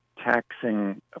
taxing